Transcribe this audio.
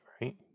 right